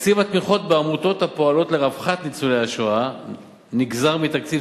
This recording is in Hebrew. תקציב התמיכות בעמותות הפועלות לרווחת ניצולי השואה נגזר מתקציב